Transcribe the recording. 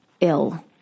ill